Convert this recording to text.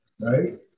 right